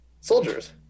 soldiers